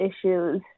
issues